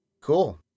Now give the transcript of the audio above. Cool